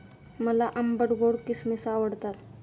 मला आंबट गोड किसमिस आवडतात